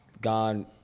gone